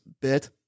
bit